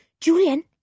Julian